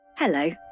Hello